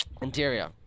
Interior